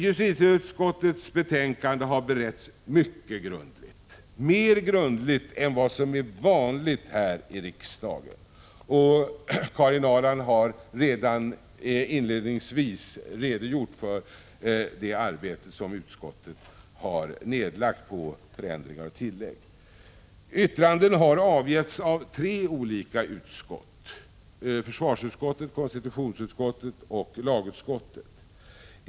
Justitieutskottets betänkande har beretts mycket grundligt — mer grundligt än vad som är vanligt här i riksdagen. Karin Ahrland har ju redan inledningsvis i denna debatt redogjort för det arbete som utskottet har lagt ned på förändringar och tillägg. Yttranden har avgetts av tre olika utskott — försvarsutskottet, konstitutionsutskottet och lagutskottet.